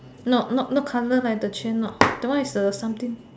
not not colour like the train not that one is the something